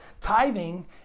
Tithing